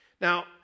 Now